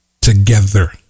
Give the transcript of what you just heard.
together